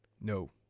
No